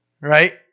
right